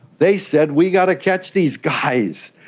they said we've got to catch these guys.